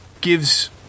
gives